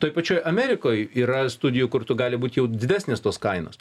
toj pačioj amerikoj yra studijų kur tu gali būt jau didesnės tos kainos